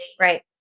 Right